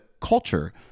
culture